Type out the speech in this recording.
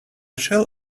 shall